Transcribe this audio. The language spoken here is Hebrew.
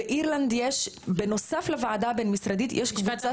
באירלנד יש, נוסף על הוועדה הבין-משרדית יש קבוצת